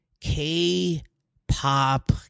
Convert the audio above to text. K-pop